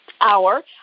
hour